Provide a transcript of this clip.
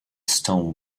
stone